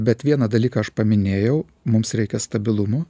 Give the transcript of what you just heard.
bet vieną dalyką aš paminėjau mums reikia stabilumo